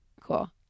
Cool